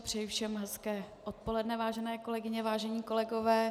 Přeji všem hezké odpoledne, vážené kolegyně, vážení kolegové.